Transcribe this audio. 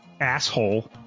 asshole